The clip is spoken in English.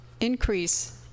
increase